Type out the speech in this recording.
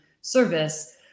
service